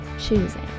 choosing